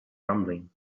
rumbling